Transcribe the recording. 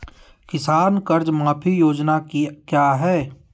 किसान कर्ज माफी योजना क्या है?